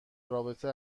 رابطه